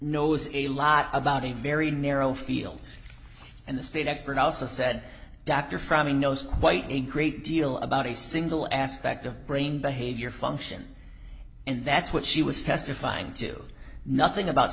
knows a lot about a very narrow field and the state expert also said dr from me knows quite a great deal about a single aspect of brain behavior function and that's what she was testifying to nothing about